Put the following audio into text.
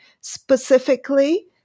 specifically